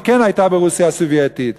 היא כן הייתה ברוסיה הסובייטית,